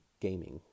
gaming